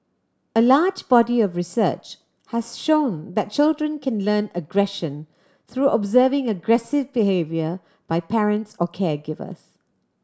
a large body of research has shown that children can learn aggression through observing aggressive behaviour by parents or caregivers